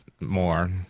more